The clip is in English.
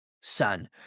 son